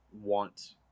want